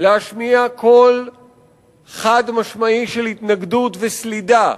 להשמיע קול חד-משמעי של התנגדות וסלידה,